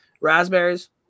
Raspberries